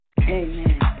Amen